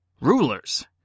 Rulers